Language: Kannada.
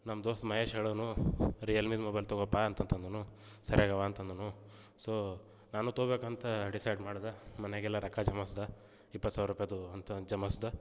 ನಮ್ಮ ದೋಸ್ತ ಮಹೇಶ್ ಹೇಳಿನು ರಿಯಲ್ಮೀದು ಮೊಬೈಲ್ ತಗೋಪಾ ಅಂತಂತೆ ಅಂದನು ಸರಿಯಾಗಿವೆ ಅಂತ ಅಂದನು ಸೊ ನಾನು ತೋಬೇಕಂತ ಡಿಸೈಡ್ ಮಾಡ್ದೆ ಮನೆಯಾಗೆ ಎಲ್ಲ ರೊಕ್ಕ ಜಮಾಸಿದೆ ಇಪ್ಪತ್ತು ಸಾವಿರ ರೂಪಾಯಿದು ಅಂತ ಜಮಾಸಿದೆ